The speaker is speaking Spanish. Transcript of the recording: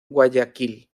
guayaquil